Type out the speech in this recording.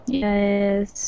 yes